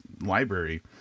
library